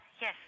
Yes